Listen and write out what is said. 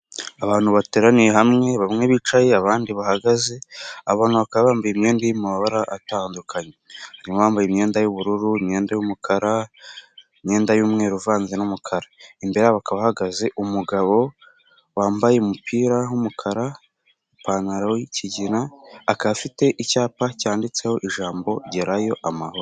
Abantu bateraniye hamwe, bamwe bicaye abandi bahagaze, abantu bakaba bambaye imyenda y'amabara atandukanye. Harimo abambaye imyenda y'ubururu, imyenda y'umukara, imyenda y'umweru uvanze n'umukara. Imbere bakaba hahagaze umugabo wambaye umupira w'umukara, ipantaro y'ikigina, akaba afite icyapa cyanditseho ijambo gerayo amahoro.